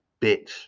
bitch